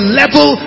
level